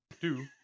two